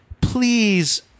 Please